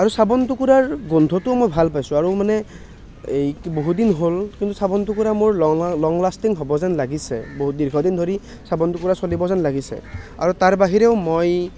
আৰু চাবোনটুকুৰাৰ গোন্ধটোও মই ভাল পাইছোঁ আৰু মানে এই কি বহুদিন হ'ল চাবোনটুকুৰা মোৰ লং লং লাষ্টিং হ'ব যেন লাগিছে বহুত দীৰ্ঘদিন ধৰি চাবোনটুকুৰা চলিব যেন লাগিছে আৰু তাৰ বাহিৰেও মই